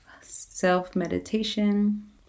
self-meditation